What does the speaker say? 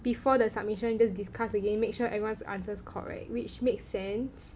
before the submission you just discuss again make sure everyone answers correct which makes sense